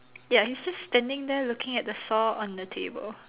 ya he's just standing there looking at the saw on the table